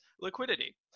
liquidity